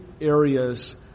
areas